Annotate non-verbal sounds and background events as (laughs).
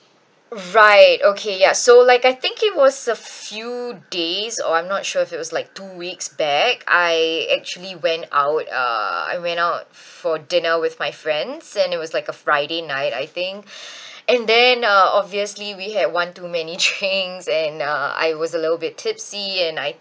right okay ya so like I think it was a few days or I'm not sure if it was like two weeks back I actually went out uh I went out for dinner with my friends and it was like a friday night I think and then uh obviously we had one too many drinks (laughs) and uh I was a little bit tipsy and I